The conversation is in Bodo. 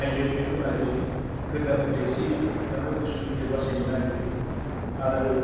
हायो बेखौ नाजायो गोदनाफोरखौ एसे थारमाने गुसुनिफ्राय बासायनो नागेरो आरो